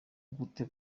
gute